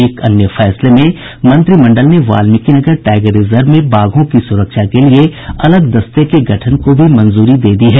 एक अन्य फैसले में मंत्रिमंडल ने वाल्मीकिनगर टाईगर रिजर्व में बाघों की सुरक्षा के लिए अलग दस्ते के गठन को भी मंजूरी दी है